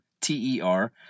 T-E-R